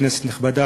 כנסת נכבדה,